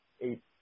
eight